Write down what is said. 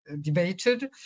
debated